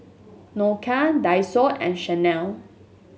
Nokia Daiso and Chanel